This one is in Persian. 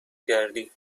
کردی